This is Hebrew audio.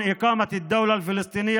שיכלול הקמת מדינה פלסטינית